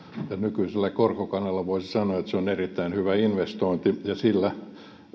vuotta nykyisellä korkokannalla voisi sanoa että se on erittäin hyvä investointi ja sillä